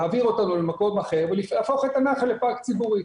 להעביר אותנו למקום אחר ולהפוך את הנחל לפארק ציבורי.